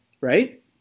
right